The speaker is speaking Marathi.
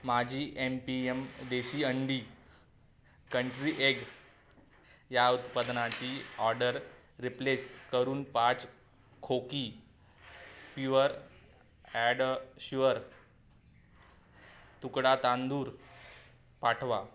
माझी एम पी एम देशी अंडी कंट्री एग या उत्पादनाची ऑडर रिप्लेस करून पाच खोकी प्युवर ॲड शुअर तुकडा तांदूळ पाठवा